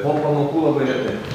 po pamokų labai retai